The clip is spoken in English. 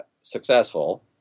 successful